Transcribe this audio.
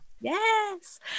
Yes